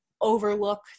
overlook